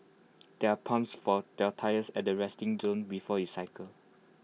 there are pumps for their tyres at the resting zone before you cycle